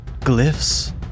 Glyphs